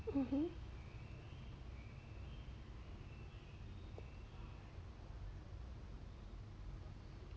mmhmm